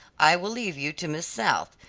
i will leave you to miss south,